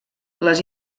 les